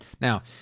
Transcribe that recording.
Now